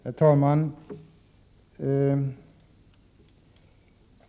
Herr talman!